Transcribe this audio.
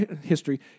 history